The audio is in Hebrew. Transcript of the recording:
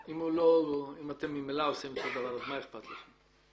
אם אתם ממילא עושים את הדבר, אז מה אכפת לכם.